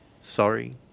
sorry